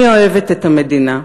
אני אוהבת את המדינה.